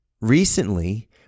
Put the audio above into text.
Recently